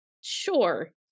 Sure